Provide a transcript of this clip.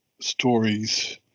stories